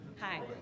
Hi